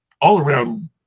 all-around